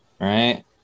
right